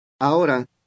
Ahora